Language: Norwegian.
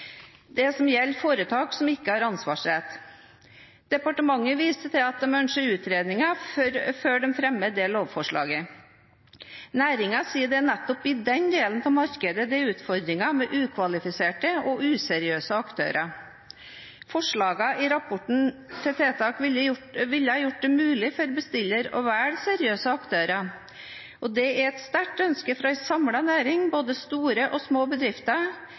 det som gjelder foretak som ikke har ansvarsrett. Departementet viser til at de ønsket utredninger før de fremmer det lovforslaget. Næringen sier det er nettopp i denne delen av markedet det er utfordringer med ukvalifiserte og useriøse aktører. Forslagene til tiltak i rapporten ville ha gjort det mulig for bestiller å velge seriøse aktører, og det er et sterkt ønske fra en samlet næring, både store og små bedrifter,